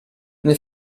nel